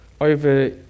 over